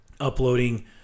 uploading